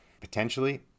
Potentially